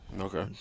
Okay